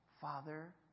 Father